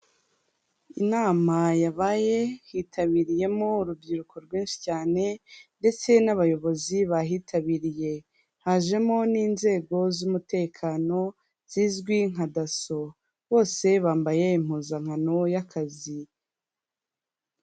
Inama yabaye hitabiriyemo urubyiruko rwinshi cyane ndetse n'abayobozi bahitabiriye hajemo n'inzego z'umutekano zizwi nka daso bose bambaye impuzankano y'akazi.